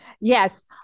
Yes